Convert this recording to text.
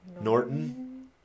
Norton